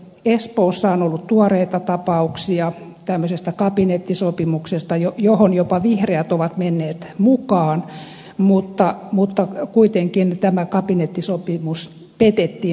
espoossa on ollut tuoreita tapauksia tämmöisestä kabinettisopimuksesta johon jopa vihreät ovat menneet mukaan mutta kuitenkin tämä kabinettisopimus petettiin